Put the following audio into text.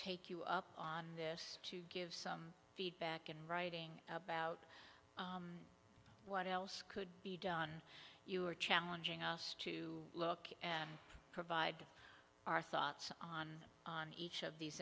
take you up on this to give some feedback in writing about what else could be done you are challenging us to look and provide our thoughts on on each of these